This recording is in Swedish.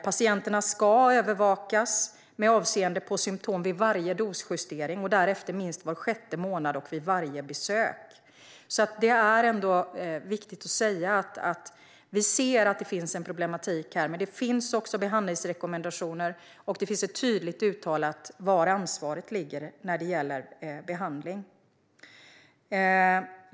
Patienterna ska övervakas med avseende på symtom vid varje dosjustering och därefter minst var sjätte månad och vid varje besök. Det är ändå viktigt att säga att vi ser att det finns en problematik här. Men det finns behandlingsrekommendationer, och det finns tydligt uttalat var ansvaret ligger när det gäller behandling.